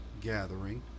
gathering